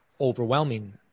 overwhelming